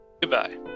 Goodbye